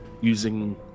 using